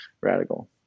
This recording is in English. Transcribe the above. radical